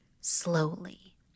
slowly